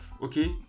Okay